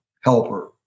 helper